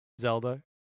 Zelda